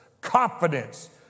confidence